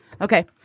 Okay